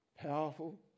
powerful